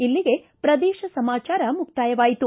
ಇಲ್ಲಿಗೆ ಪ್ರದೇಶ ಸಮಾಚಾರ ಮುಕ್ತಾಯವಾಯಿತು